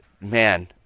Man